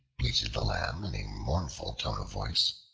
bleated the lamb in a mournful tone of voice,